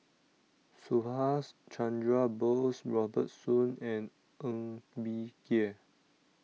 Subhas Chandra Bose Robert Soon and Ng Bee Kia